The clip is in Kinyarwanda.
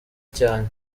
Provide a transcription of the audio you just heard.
cyane